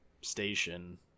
station